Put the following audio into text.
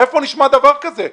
איפה נשמע דבר כזה?